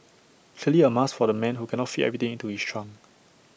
clearly A must for the man who cannot fit everything into his trunk